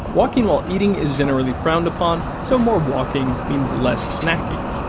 walking while eating is generally frowned upon, so more walking means less snacking.